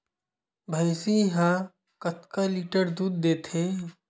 भंइसी हा कतका लीटर दूध देथे?